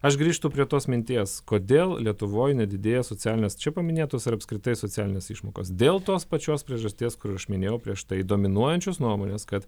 aš grįžtu prie tos minties kodėl lietuvoj nedidėja socialinės čia paminėtos ar apskritai socialinės išmokos dėl tos pačios priežasties kur aš minėjau prieš tai dominuojančios nuomonės kad